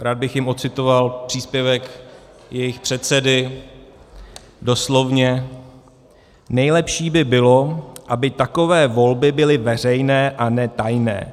Rád bych jim odcitoval příspěvek jejich předsedy, doslovně: Nejlepší by bylo, aby takové volby by byly veřejné a ne tajné.